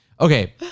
Okay